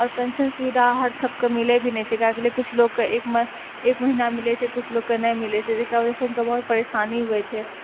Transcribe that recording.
आओर पेन्शन सुविधा हर सबके मिलय भी नहि छै एकरा के लिए किछु लोकके एक महीना मिलै छै कुछ लोककेँ नहि मिलै छै जेकरा वजह से हुनका बहुत परेशानी होइ छै